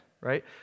right